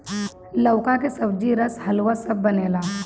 लउका के सब्जी, रस, हलुआ सब बनेला